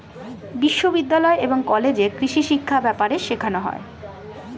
বিশ্ববিদ্যালয় এবং কলেজে কৃষিশিক্ষা ব্যাপারে শেখানো হয়